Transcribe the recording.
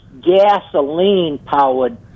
gasoline-powered